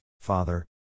father